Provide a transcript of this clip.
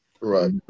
Right